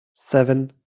seven